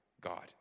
God